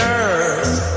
earth